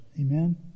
Amen